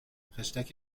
خشتک